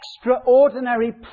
extraordinary